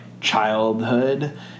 childhood